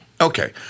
Okay